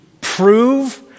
prove